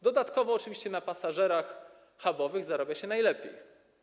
Dodatkowo oczywiście na pasażerach hubowych zarabia się najlepiej.